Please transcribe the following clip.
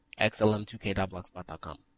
xlm2k.blogspot.com